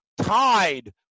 tied